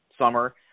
summer